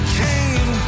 came